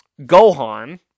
Gohan